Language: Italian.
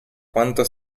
quanto